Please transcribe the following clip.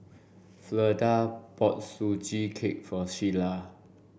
Fleda bought Sugee Cake for Shiela